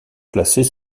placées